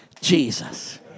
Jesus